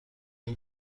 این